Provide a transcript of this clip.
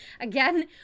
Again